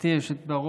גברתי היושבת-ראש,